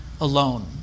alone